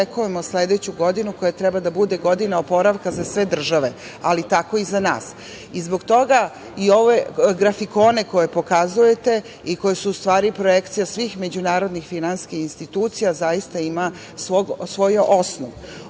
dočekujemo sledeću godinu, koja treba da bude godina oporavka za sve države, ali tako i za nas. Zbog toga i ovi grafikoni koji pokazujete i koji su u stvari projekcija svih međunarodnih finansijskih institucija, zaista imaju svoj osnov. Ono